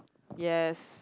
yes